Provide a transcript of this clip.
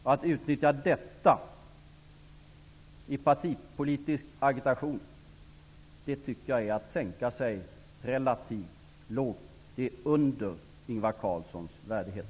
Att utnyttja detta i partipolitisk agitation är att sänka sig relativt lågt. Det är under Ingvar Carlssons värdighet.